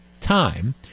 time